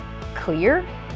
clear